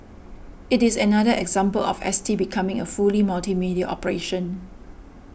it is another example of S T becoming a fully multimedia operation